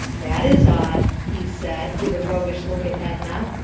that is odd, he said, with a roguish look at edna,